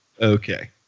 Okay